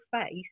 space